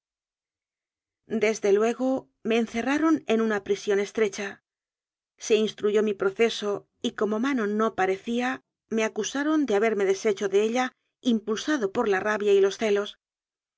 desde luego me encerraron en una prisión es trecha se instruyó mi proceso y como manon no parecía me acusaron de haberme deshecho de ella impulsado por la rabia y los celos